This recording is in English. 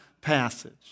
passage